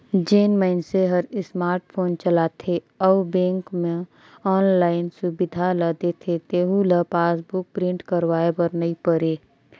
जेन मइनसे हर स्मार्ट फोन चलाथे अउ बेंक मे आनलाईन सुबिधा ल देथे तेहू ल पासबुक प्रिंट करवाये बर नई परे